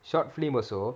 short film also